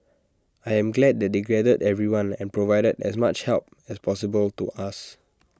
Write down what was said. I am glad that they gathered everyone and provided as much help as possible to us